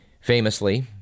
famously